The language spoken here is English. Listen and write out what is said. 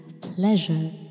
pleasure